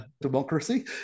democracy